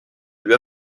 lui